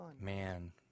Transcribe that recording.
man